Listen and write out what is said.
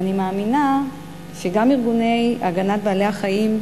ואני מאמינה שגם ארגוני הגנת בעלי-החיים,